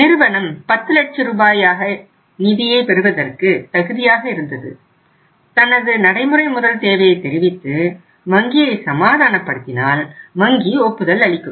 நிறுவனம் 10 லட்ச ரூபாயை நிதியாக பெறுவதற்கு தகுதியாக இருந்து தனது நடைமுறை முதல் தேவையை தெரிவித்து வங்கியை சமாதானப்படுத்தினால் வங்கி ஒப்புதல் அளிக்கும்